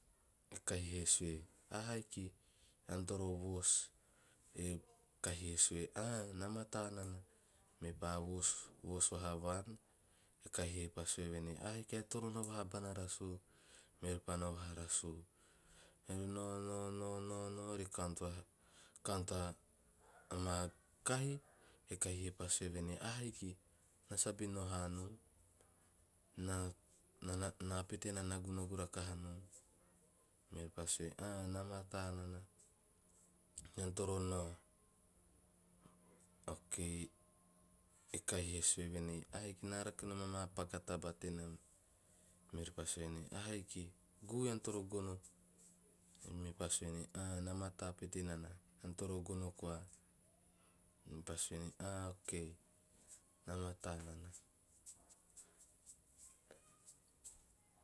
Kahi e sue, "ahaiki ean toro voos," e kahi e sue, "ah na mataa nana." Mepa voos vaha vaan, e kahi pa sue venei, "ahaiki ean nao vaha bana rasu," meori pa nao vaha rasu. Meori nao- meori count vaha ama kahi, e kahi e pa sue venei, "ahaiki na sabin nao hanom ena pete na nagunagu rakaha nom," meori pa sue pete venei, "ah mataa nana ean toro nao." Okay e kahi he sue venei, "ahaiki naa me na rake nom na paku taba tenam." Meori pa sue venei ahaiki guu ean toro gono." Ei mepa sue venei "ah na mataa pete nana ean toro gono koa," mepa sue venei ah okay na mataa nana.